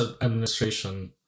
administration